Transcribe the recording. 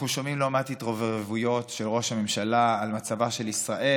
אנחנו שומעים לא מעט התרברבויות של ראש הממשלה על מצבה של ישראל.